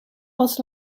was